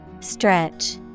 Stretch